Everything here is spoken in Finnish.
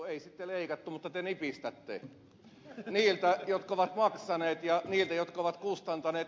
ei sitten leikattu mutta te nipistätte niiltä jotka ovat maksaneet ja niiltä jotka ovat kustantaneet